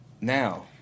Now